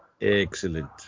Excellent